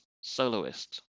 soloist